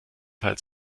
fall